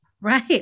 Right